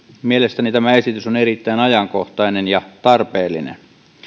mielestäni tämä esitys on erittäin ajankohtainen ja tarpeellinen